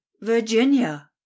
Virginia